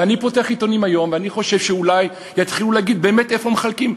ואני פותח עיתונים היום ואני חושב שאולי יתחילו להגיד באמת איפה מחלקים.